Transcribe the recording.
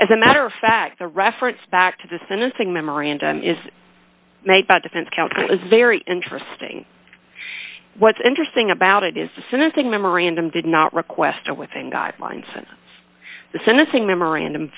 as a matter of fact the reference back to the sentencing memorandum is made by defense counsel is very interesting what's interesting about it is the sentencing memorandum did not request and within guidelines and the sentencing memorandum